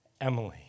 Emily